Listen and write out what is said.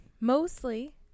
mostly